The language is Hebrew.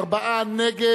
ארבעה נגד.